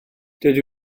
dydw